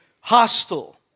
hostile